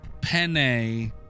Penne